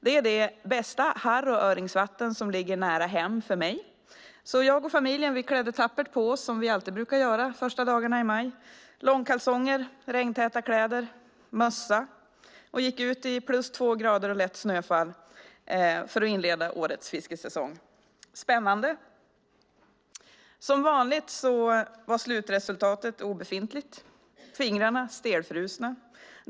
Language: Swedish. Det är det bästa harr och öringsvatten som ligger nära mitt hem. Jag och familjen klädde tappert på oss, som vi alltid brukar göra de första dagarna i maj, långkalsonger, regntäta kläder och mössa och gick ut i plus två grader och lätt snöfall för att inleda årets fiskesäsong. Det var spännande. Som vanligt var slutresultatet obefintligt och fingrarna stelfrusna.